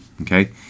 okay